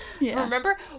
Remember